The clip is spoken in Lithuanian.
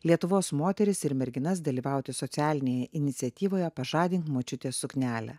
lietuvos moteris ir merginas dalyvauti socialinėje iniciatyvoje pažadink močiutės suknelę